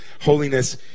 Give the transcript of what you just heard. Holiness